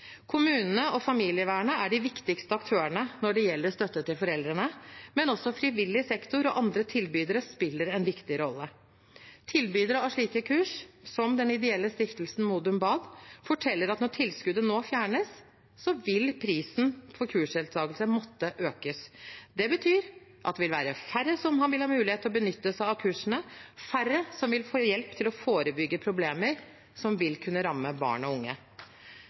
Kommunene og familievernet er de viktigste aktørene når det gjelder støtte til foreldre, men også frivillig sektor og andre tilbydere spiller en viktig rolle. Tilbydere av slike kurs, som den ideelle stiftelsen Modum Bad, forteller at når tilskuddet nå fjernes, vil prisen for kursdeltakelsen måtte økes. Det betyr at det vil være færre som vil ha mulighet til å benytte seg av kursene, færre som vil få hjelp til å forebygge problemer som vil kunne ramme barn og unge.